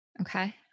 Okay